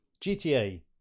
GTA